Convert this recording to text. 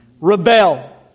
rebel